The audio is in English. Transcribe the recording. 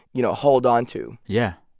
you know, hold on to yeah.